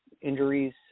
injuries